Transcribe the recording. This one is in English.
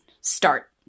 start